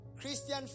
Christian